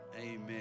Amen